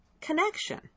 connection